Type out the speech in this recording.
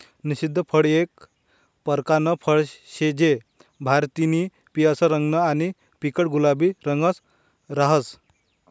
निषिद्ध फळ एक परकारनं फळ शे जे बाहेरतीन पिवयं रंगनं आणि फिक्कट गुलाबी रंगनं रहास